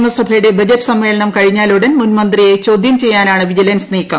നിയമസഭയുടെ ബജറ്റ് സമ്മേളനം കഴിഞ്ഞാലുടൻ മുൻമന്ത്രിയെ ചോദ്യം ചെയ്യാനാണ് വിജിലൻസ് നീക്കം